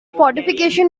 fortification